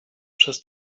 przez